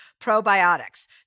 probiotics